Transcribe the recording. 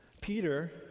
Peter